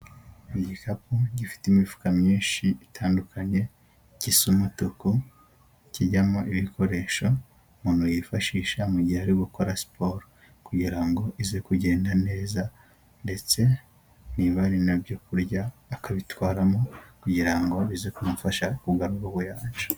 Igikapu gifite imifuka myinshi itandukanye, gisa umutuku. Kijyamo ibikoresho umuntu yifashisha mu gihe ari gukora siporo, kugira ngo ize kugenda neza. Ndetse niba ari n'ibyo kurya akabitwaramo kugirango bize kumfasha kugarura ubuyanja.